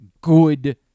good